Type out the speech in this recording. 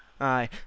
Aye